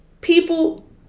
people